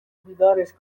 بیدارش